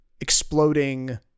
exploding